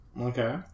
Okay